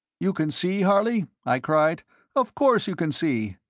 you can see, harley? i cried of course you can see!